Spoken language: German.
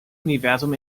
universum